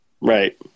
right